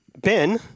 Ben